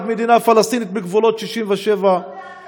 מדינה פלסטינית בגבולות 67' הוא לא בעד טרור.